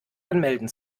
anmelden